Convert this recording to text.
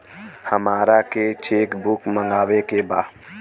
हमारा के cheque book मगावे के बा?